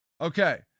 Okay